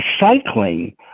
recycling